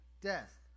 Death